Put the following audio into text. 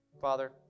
Father